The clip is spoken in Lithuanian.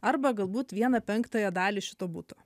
arba galbūt vieną penktąją dalį šito buto